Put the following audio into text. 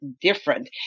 different